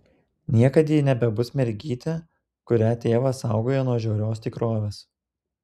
niekad ji nebebus mergytė kurią tėvas saugojo nuo žiaurios tikrovės